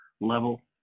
level